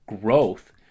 growth